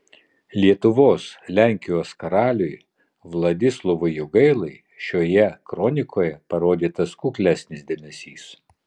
lietuvos lenkijos karaliui vladislovui jogailai šioje kronikoje parodytas kuklesnis dėmesys